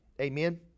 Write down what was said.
Amen